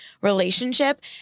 relationship